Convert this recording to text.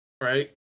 Right